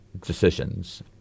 decisions